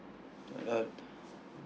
uh uh